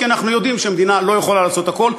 כי אנחנו יודעים שמדינה לא יכולה לעשות הכול,